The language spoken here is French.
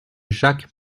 jacques